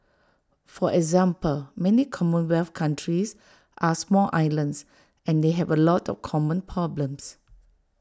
for example many commonwealth countries are small islands and they have A lot of common problems